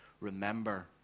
remember